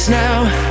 now